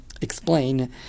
explain